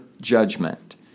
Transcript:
judgment